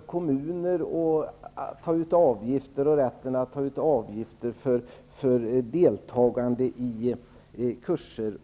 kommuner att ta ut avgifter, bl.a. för deltagande i kurser.